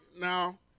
Now